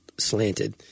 slanted